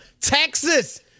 Texas